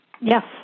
Yes